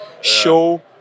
show